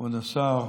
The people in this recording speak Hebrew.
כבוד השר,